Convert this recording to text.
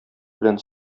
белән